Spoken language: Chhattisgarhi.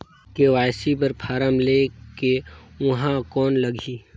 के.वाई.सी बर फारम ले के ऊहां कौन लगही?